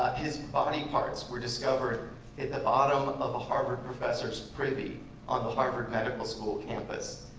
his body parts were discovered at the bottom of a harvard professors privy on the harvard medical school campus.